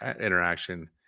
interaction